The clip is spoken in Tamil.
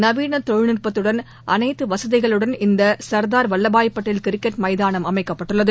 நவீன தொழில்நுட்பத்துடன் அனைத்து வசதிகளுடன் இந்த சர்தார் வல்வாய் பட்டேல் கிரிக்கெட் மைதானம் அமைக்கப்பட்டுள்ளது